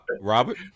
Robert